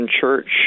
church